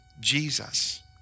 Jesus